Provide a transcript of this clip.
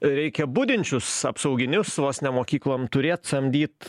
reikia budinčius apsauginius vos ne mokyklom turėt samdyt